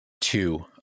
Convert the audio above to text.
two